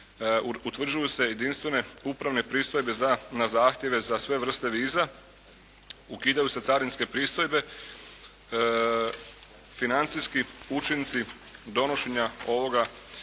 utvrđuju se jedinstvene upravne pristojbe na zahtjeve za sve vrste viza, ukidaju se carinske pristojbe. Financijski učinci donošenja ovoga